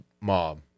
mob